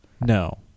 No